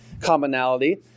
commonality